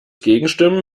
gegenstimmen